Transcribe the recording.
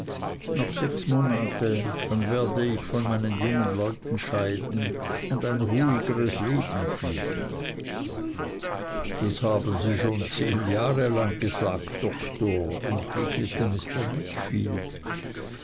noch sechs monate dann werde ich von meinen jungen leuten scheiden und ein ruhigeres leben führen das haben sie schon zehn jahre lang gesagt doktor entgegnete